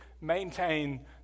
maintain